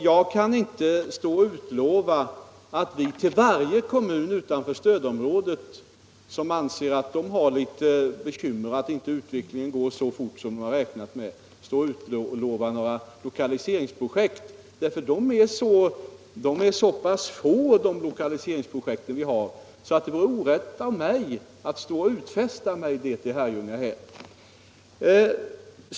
Jag kan inte till varje kommun utanför stödområdet, som anser att den har litet bekymmer och att utvecklingen inte går riktigt så fort som man räknat med, utlova lokaliseringsprojekt. De lokaliseringsprojekt som vi har är nämligen så pass få att det vore orätt av mig att här göra en utfästelse till Herrljunga.